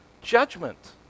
judgment